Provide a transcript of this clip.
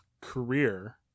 career